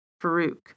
Farouk